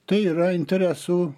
tai yra interesų